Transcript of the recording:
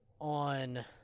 on